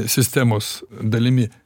sistemos dalimi